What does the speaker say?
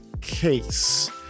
case